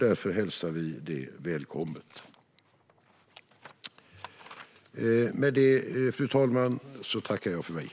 Därför hälsar vi i Sverigedemokraterna detta välkommet.